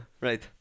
Right